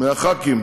מהח"כים